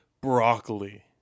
broccoli